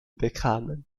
bekamen